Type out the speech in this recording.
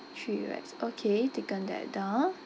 three wraps okay taken that down